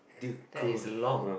due god uh